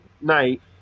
night